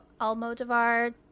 Almodovar